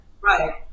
right